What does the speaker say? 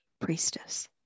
priestess